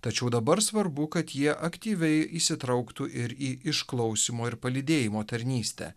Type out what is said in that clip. tačiau dabar svarbu kad jie aktyviai įsitrauktų ir į išklausymo ir palydėjimo tarnystę